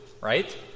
right